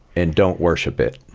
and don't worship it.